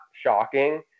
shocking